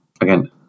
again